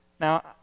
Now